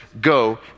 go